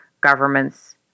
governments